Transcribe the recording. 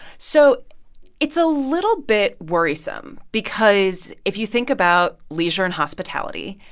so it's a little bit worrisome because if you think about leisure and hospitality,